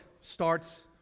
starts